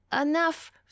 enough